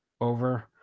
over